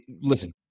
listen